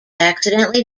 accidentally